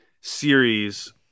series